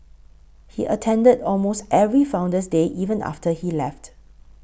he attended almost every Founder's Day even after he left